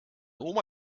oma